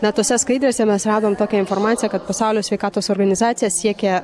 na tose skaidrėse mes radom tokią informaciją kad pasaulio sveikatos organizacija siekia